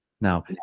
Now